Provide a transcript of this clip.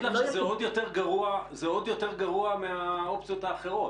זה עוד יותר גרוע מהאופציות האחרות.